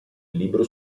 libro